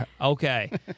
Okay